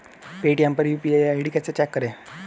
Paytm पर UPI ID कैसे check करें?